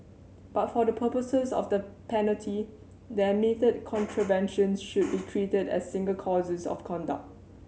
but for the purposes of the penalty the admitted contraventions should be treated as single courses of conduct